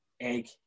egg